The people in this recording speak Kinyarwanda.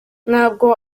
ntabwo